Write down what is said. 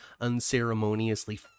unceremoniously